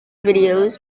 videos